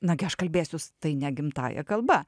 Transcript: nagi aš kalbėsiu tai ne gimtąja kalba